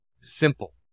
simple